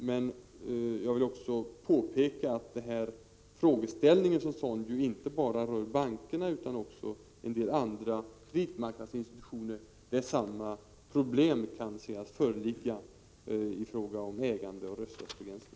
Men jag vill också påpeka att frågeställningen som sådan inte bara rör bankerna utan även andra kreditmarknadsinstitutioner, där samma problem kan sägas föreligga i fråga om ägande och rösträttsbegränsningar.